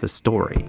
the story.